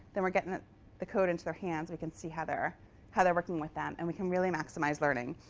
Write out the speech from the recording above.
then we're getting the code into their hands. we can see how they're how they're working with them, and we can really maximize learning.